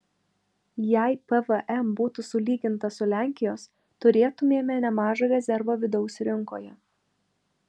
jei pvm būtų sulygintas su lenkijos turėtumėme nemažą rezervą vidaus rinkoje